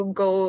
go